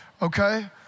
Okay